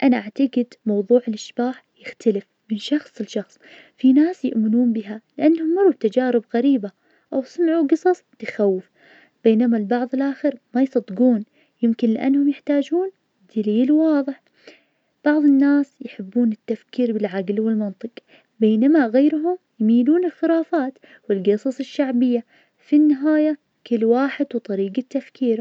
أذكر مرة كنت محظوظ جداً, رحت السوق ولقيت على عرض على جهاز الطابعة من زمان, السعر كان رخيص جداً, ولما سألت البائع عن الكمية, طلع فيه عدد محدود, لما اشتريته حسيت إن الحظ ضحكلي أخيراً, لأن هذا الشي كان محط اهتمامي لفترة طويلة, الحمد لله استخدمته كثير واستمتعت فيه وحققت حلمي واشتريته.